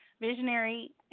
visionary